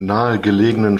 nahegelegenen